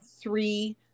three